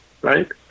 right